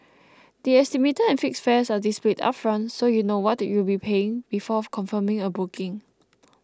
the estimated and fixed fares are displayed upfront so you know what you'll be paying before confirming a booking